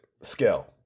scale